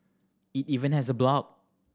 it even has a blog